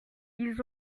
ils